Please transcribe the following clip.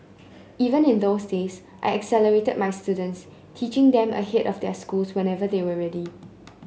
even in those days I accelerated my students teaching them ahead of their schools whenever they were ready